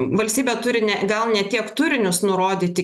valstybė turi ne gal ne tiek turinius nurodyti